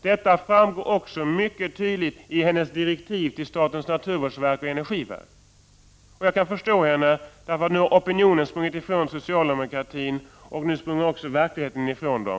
Detta framgår också mycket tydligt av hennes direktiv till statens naturvårdsverk och energiverket. Och jag kan förstå henne. Nu har opinionen sprungit ifrån socialdemokraterna, och nu springer också verkligheten ifrån dem.